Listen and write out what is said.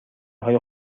های